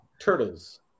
turtles